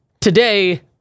Today